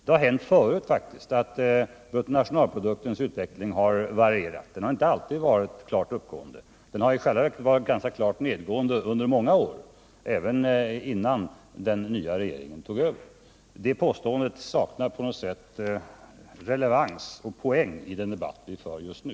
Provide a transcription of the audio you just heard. Det har hänt förut att bruttonationalproduktens utveckling har varierat. Den har inte alltid varit klart uppgående. Påståendet om u-hjälpens realvärde saknar på något sätt relevans och poäng i den debatt vi för just nu.